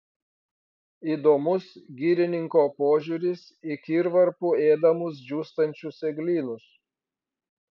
įdomus girininko požiūris į kirvarpų ėdamus džiūstančius eglynus